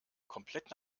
komplett